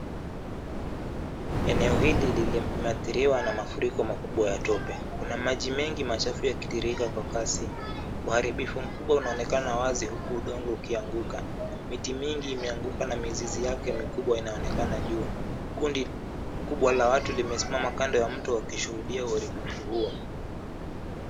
Eneo hili liliathiriwa na mafuriko makubwa ya tope. Kuna maji mengi machafu yakitiririka kwa kasi. Uharibifu mkubwa unaonekana wazi huku udongo ukianguka. Miti mingi imeanguka na mizizi yake mikubwa inaonekana juu. Kundi kubwa la watu limesimama kando ya mto wakishuhudia uharibifu huo.